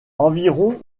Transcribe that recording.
environ